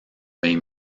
vingt